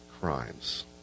crimes